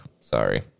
Sorry